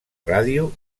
ràdio